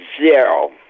Zero